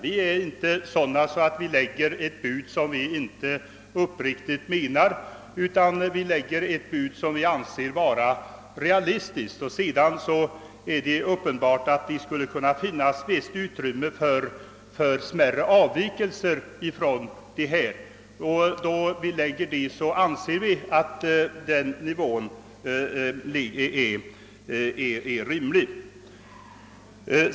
Vi är inte sådana att vi framlägger ett bud som inte är uppriktigt menat, utan de förslag vi framlägger anser vi realistiska. Det är uppenbart att det skulle kunna finnas visst utrymme för smärre avvikelser från budet, men vi anser att den nivå som budet ligger på är rimlig.